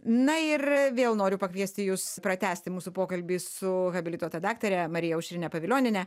na ir vėl noriu pakviesti jus pratęsti mūsų pokalbį su habilituota daktare marija aušrine pavilionienė